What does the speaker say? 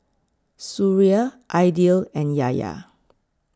Suria Aidil and Yahya